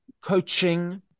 coaching